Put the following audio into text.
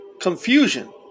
confusion